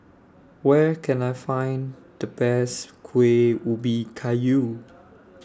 Where Can I Find The Best Kueh Ubi Kayu